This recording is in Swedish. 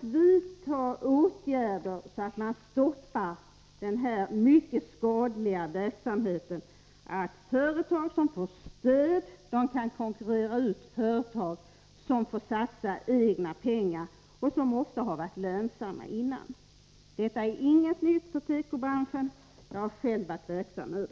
vidta för åtgärder för att stoppa den mycket skadliga verksamhet som det innebär att företag som får stöd kan konkurrera ut företag som får satsa egna pengar och ofta har varit lönsamma tidigare? Detta är inget nytt för tekobranschen — jag har själv varit verksam där.